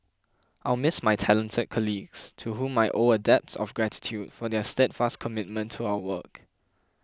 I'll miss my talented colleagues to whom I owe a debt of gratitude for their steadfast commitment to our work